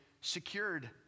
secured